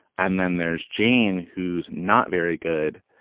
and then there's jane, who's not very good.